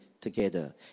together